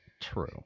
true